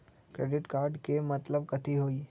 Credit card के मतलब कथी होई?